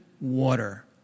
water